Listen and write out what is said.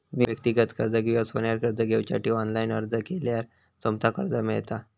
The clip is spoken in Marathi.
व्यक्तिगत कर्ज किंवा सोन्यार कर्ज घेवच्यासाठी ऑनलाईन अर्ज केल्यार सोमता कर्ज मेळता